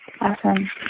Awesome